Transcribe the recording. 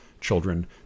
children